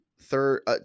third